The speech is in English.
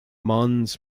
mons